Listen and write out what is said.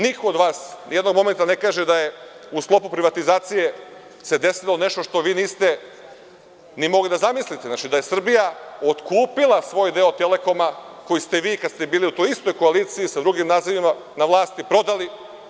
Niko od vas ni jednog momenta ne kaže da u sklopu privatizacije se desilo nešto što vi niste ni mogli da zamislite, da je Srbija otkupila svoj deo „Telekoma“, koji ste vi, kada ste bili u toj istoj koaliciji sa drugim nazivima na vlasti, prodali.